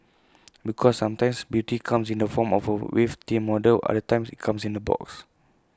because sometimes beauty comes in the form of A waif thin model other times IT comes in A box